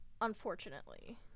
unfortunately